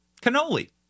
cannoli